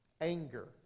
anger